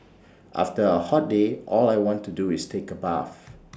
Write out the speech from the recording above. after A hot day all I want to do is take A bath